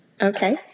Okay